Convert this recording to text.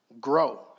grow